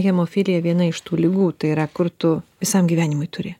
hemofilija viena iš tų ligų tai yra kur tu visam gyvenimui turi